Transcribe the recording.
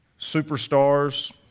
superstars